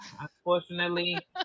Unfortunately